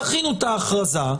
תכינו את ההכרזה.